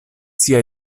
sia